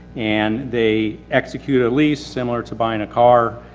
and they execute a lease, similar to buying a car.